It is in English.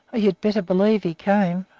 you'd better believe he came!